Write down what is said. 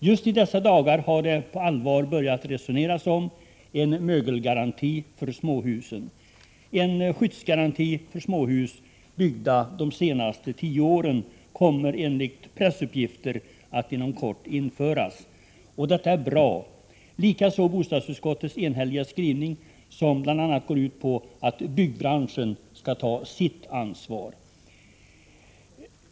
Just i dessa dagar har det på allvar börjat resoneras om en mögelgaranti för småhusen. En skyddsgaranti för småhus byggda de senaste tio åren kommer enligt pressuppgifter att inom kort införas. Det är bra, och det är likaså bostadsutskottets enhälliga skrivning, som bl.a. går ut på att byggbranschen skall ta sitt ansvar.